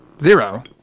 Zero